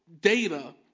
data